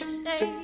stay